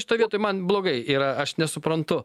šitoj vietoj man blogai yra aš nesuprantu